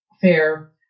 fair